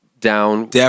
down